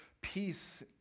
peace